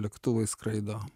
lėktuvai skraido